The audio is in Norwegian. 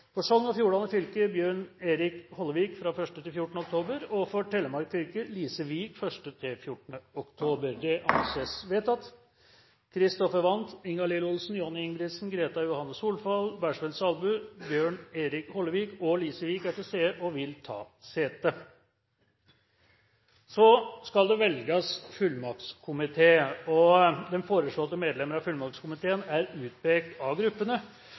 For Telemark fylke: Lise Wiik 1.–14. oktober – Det anses vedtatt. Christopher Wand, Ingalill Olsen, Johnny Ingebrigtsen, Greta Johanne Solfall, Bersvend Salbu, Bjørn Erik Hollevik og Lise Wiik er til stede og vil ta sete. Det skal så velges fullmaktskomité. De foreslåtte medlemmer av fullmaktskomiteen er utpekt av gruppene,